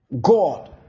God